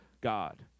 God